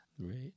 right